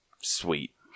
Sweet